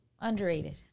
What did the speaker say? underrated